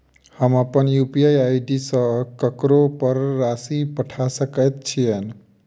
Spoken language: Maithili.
हम अप्पन यु.पी.आई आई.डी सँ ककरो पर राशि पठा सकैत छीयैन?